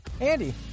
Andy